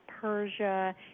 Persia